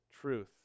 truth